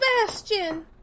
Sebastian